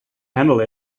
handle